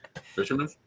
Fisherman